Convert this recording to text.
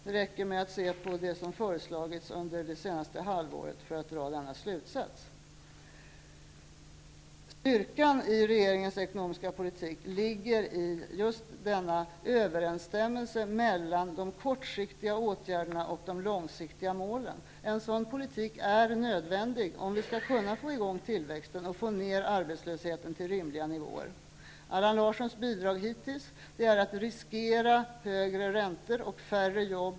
Det räcker med att se på det som föreslagits under det senaste halvåret för att dra denna slutsats. Styrkan i regeringens ekonomiska politik ligger i just överensstämmelsen mellan de kortsiktiga åtgärderna och de långsiktiga målen. En sådan politik är nödvändig om vi skall kunna få i gång tillväxten och få ned arbetslösheten till rimliga nivåer. Allan Larssons bidrag hittills är att riskera högre räntor och färre jobb.